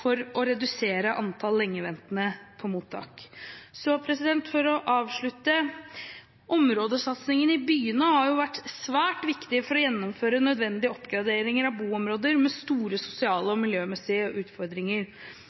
for å redusere antallet lengeventende på mottak. Så, for å avslutte: Områdesatsingen i byene har vært svært viktig for å gjennomføre nødvendige oppgraderinger av boområder med store sosiale og miljømessige utfordringer.